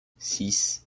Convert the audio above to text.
six